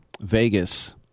Vegas